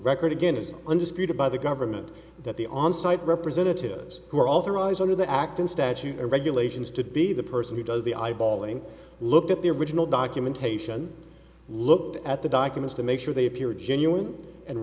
record again is undisputed by the government that the on site representatives who are authorized under the act in statute or regulations to be the person who does the eyeballing look at the original documentation look at the documents to make sure they appear genuine and